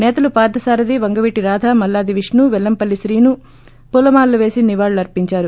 నేతలు పార్ద సారధి వంగవీటి రాధ మల్లాది విష్ణు పెల్లంపల్లి శ్రీను పూలమాలలు పేసి నివాళులు అర్పించారు